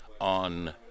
on